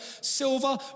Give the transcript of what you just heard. silver